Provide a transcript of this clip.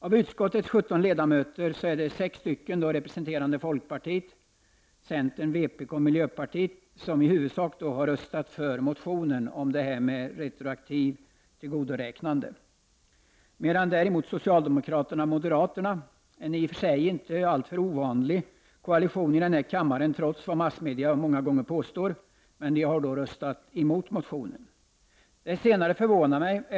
Av utskottets sjutton ledamöter har sex, representerande folkpartiet, centern, vpk och miljöpartiet, i huvudsak röstat för motionen om retroaktivt tillgodoräknande. Socialdemokraterna och moderaterna — en i och för sig inte alltför ovanlig koalition här i kammaren, trots vad massmedia många gånger påstår — har däremot röstat emot motionen. Det senare förvånar mig.